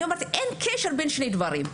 אני אומרת, אין קשר בין שני הדברים.